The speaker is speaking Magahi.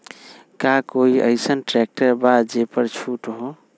का कोइ अईसन ट्रैक्टर बा जे पर छूट हो?